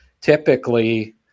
typically